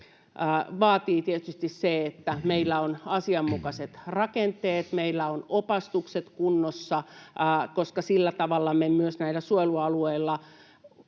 vaatii tietysti sen, että meillä on asianmukaiset rakenteet, meillä on opastukset kunnossa, koska sillä tavalla me myös näillä suojelualueilla